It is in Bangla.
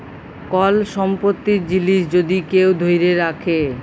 কল সম্পত্তির জিলিস যদি কেউ ধ্যইরে রাখে